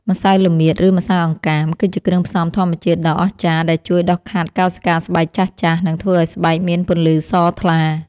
ម្សៅល្មៀត ឬម្សៅអង្កាម គឺជាគ្រឿងផ្សំធម្មជាតិដ៏អស្ចារ្យដែលជួយដុសខាត់កោសិកាស្បែកចាស់ៗ និងធ្វើឱ្យស្បែកមានពន្លឺសថ្លា។